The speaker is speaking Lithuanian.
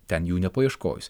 ten jų nepaieškojus